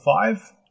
five